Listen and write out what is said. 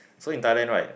so in Thailand right